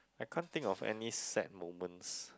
I can't think of any sad moments